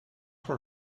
for